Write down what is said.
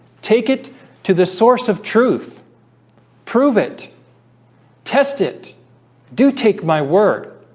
take it to the source of truth prove it test it do take my word